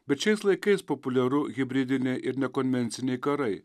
bet šiais laikais populiaru hibridiniai ir nekonvenciniai karai